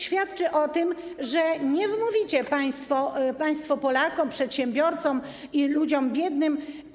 świadczą o tym, że nie wmówicie państwo tego Polakom, przedsiębiorcom i ludziom biednym.